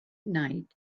night